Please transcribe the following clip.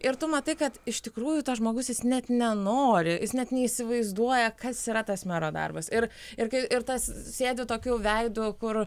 ir tu matai kad iš tikrųjų tas žmogus jis net nenori jis net neįsivaizduoja kas yra tas mero darbas ir ir kai ir tas sėdi tokiu veidu kur